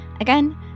Again